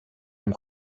him